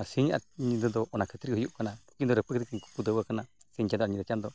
ᱟᱨ ᱥᱤᱧ ᱟᱨ ᱧᱤᱫᱟᱹ ᱫᱚ ᱚᱱᱟ ᱠᱷᱟᱹᱛᱤᱨ ᱜᱮ ᱦᱩᱭᱩᱜ ᱠᱟᱱᱟ ᱩᱱᱠᱤᱱ ᱫᱚ ᱦᱟᱹᱵᱤᱡᱠᱤᱱ ᱠᱷᱩᱫᱟᱹᱣ ᱟᱠᱟᱱᱟ ᱥᱤᱧ ᱪᱟᱸᱫᱳ ᱟᱨ ᱧᱤᱫᱟᱹ ᱪᱟᱸᱫᱳ